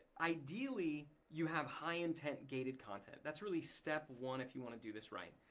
ideally, you have high-intent gated content. that's really step one if you wanna do this right.